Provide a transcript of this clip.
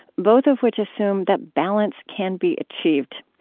both of which assume that balance can be achieved.